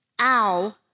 ow